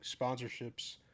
sponsorships